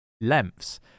lengths